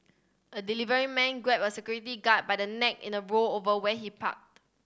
a delivery man grabbed a security guard by the neck in a row over where he parked